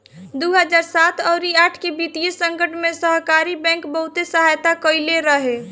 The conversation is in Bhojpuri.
दू हजार सात अउरी आठ के वित्तीय संकट में सहकारी बैंक बहुते सहायता कईले रहे